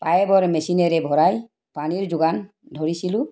পাইপৰ মেচিনেৰে ভৰাই পানীৰ যোগান ধৰিছিলোঁ